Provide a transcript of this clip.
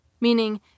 Meaning